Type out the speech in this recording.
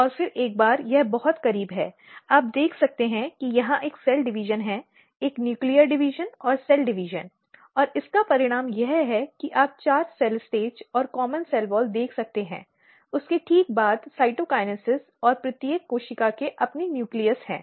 और फिर एक बार यह बहुत करीब है आप देख सकते हैं कि यहाँ एक कोशिका विभाजन है एक न्यूक्लीय विभाजन और कोशिका विभाजन और इसका परिणाम यह है कि आप चार कोशिका अवस्था और आम सेल वॉल देख सकते हैं और उसके ठीक बाद साइटोकाइनेसिस और प्रत्येक कोशिका के अपने न्यूक्लियस हैं